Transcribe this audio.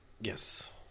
yes